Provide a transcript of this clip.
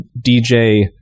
DJ